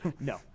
No